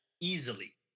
easily